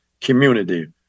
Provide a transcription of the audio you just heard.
community